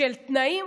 של תנאים,